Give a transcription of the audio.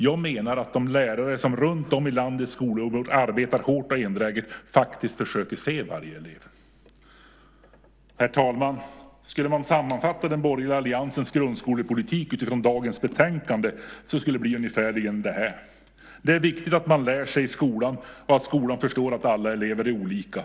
Jag menar att de lärare som runtom i landets skolor arbetar hårt och enträget försöker se varje elev. Herr talman! Skulle man sammanfatta den borgerliga alliansens grundskolepolitik utifrån det betänkande som behandlas i dag skulle det bli ungefärligen det här: Det är viktigt att man lär sig i skolan och att skolan förstår att alla elever är olika.